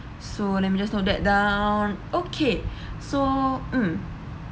so let me just note that down okay so mm